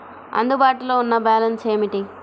అందుబాటులో ఉన్న బ్యాలన్స్ ఏమిటీ?